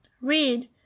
read